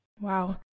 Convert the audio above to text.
wow